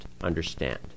understand